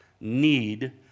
need